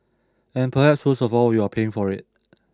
and perhaps worst of all you are paying for it